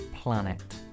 planet